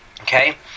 Okay